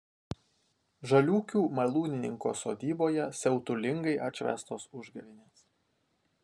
žaliūkių malūnininko sodyboje siautulingai atšvęstos užgavėnės